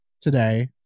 today